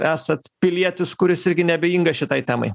esat pilietis kuris irgi neabejingas šitai temai